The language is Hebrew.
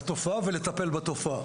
לתופעה ולטפל בתופעה.